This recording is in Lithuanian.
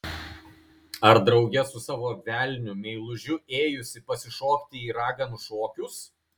ar drauge su savo velniu meilužiu ėjusi pasišokti į raganų šokius